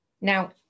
now